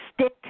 Stick